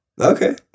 okay